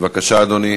בבקשה, אדוני.